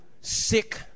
sick